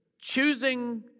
Choosing